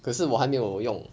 可是我还没有用